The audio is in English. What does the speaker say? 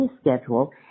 schedule